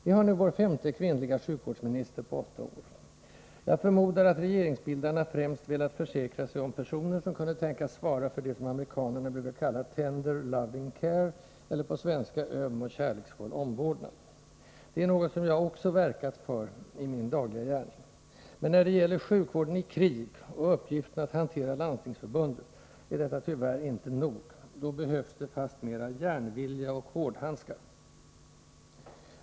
Vi har nu vår femte kvinnliga sjukvårdsminister på åtta år. Jag förmodar att regeringsbildarna främst velat försäkra sig om personer, som kunde tänkas svara för det som amerikanerna brukar kalla ”tender, loving care” eller på svenska ”öm och kärleksfull omvårdnad”. Det är något som jag också verkat för i min dagliga gärning. Men när det gäller sjukvården i krig och uppgiften att hantera Landstingsförbundet är detta tyvärr inte nog. Då behövs det fastmera järnvilja och hårdhandskar.